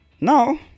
Now